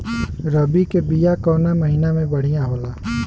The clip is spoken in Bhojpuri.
रबी के बिया कवना महीना मे बढ़ियां होला?